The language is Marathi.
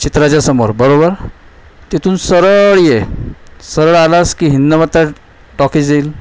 चित्राच्या समोर बरोबर तिथून सरळ ये सरळ आलास की हिंदमाता टॉकीज येईल